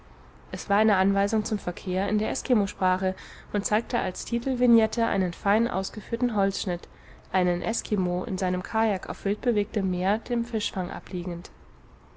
es war eine anweisung zum verkehr in der eskimosprache und zeigte als titelvignette einen fein ausgeführten holzschnitt einen eskimo in seinem kajak auf wildbewegtem meer dem fischfang abliegend